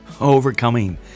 overcoming